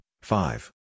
five